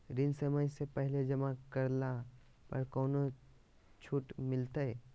ऋण समय से पहले जमा करला पर कौनो छुट मिलतैय?